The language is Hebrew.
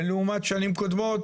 לעומת שנים קודמות.